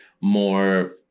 more